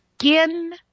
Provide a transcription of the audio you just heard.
skin